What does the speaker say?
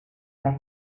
las